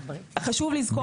חשוב לזכור,